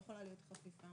לא יכולה להיות חפיפה.